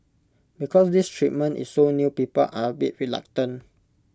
because this treatment is so new people are A bit reluctant